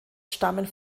stammen